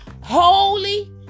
Holy